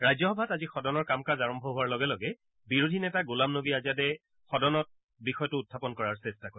ৰাজ্যসভাত আজি সদনৰ কাম কাজ আৰম্ভ হোৱাৰ লগে লগে বিৰোধী নেতা গোলাম নৱী আজাদে সদনত বিষয়টো উখাপন কৰাৰ চেষ্টা কৰে